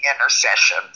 intercession